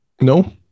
No